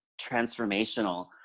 transformational